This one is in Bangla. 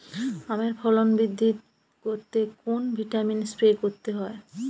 আমের ফলন বৃদ্ধি করতে কোন ভিটামিন স্প্রে করতে হয়?